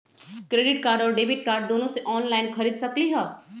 Credit card और debit card दोनों से ऑनलाइन खरीद सकली ह?